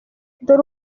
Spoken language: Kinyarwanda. dore